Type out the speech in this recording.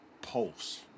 pulse